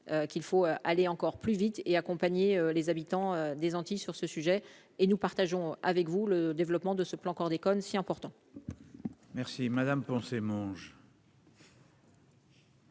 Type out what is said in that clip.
qu'il faut aller encore plus vite et accompagner les habitants des Antilles sur ce sujet et nous partageons avec vous, le développement de ce plan chlordécone si important. Merci madame pour mange.